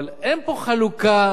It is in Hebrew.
אבל אין פה חלוקה,